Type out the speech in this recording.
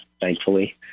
thankfully